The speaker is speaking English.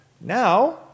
now